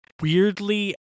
weirdly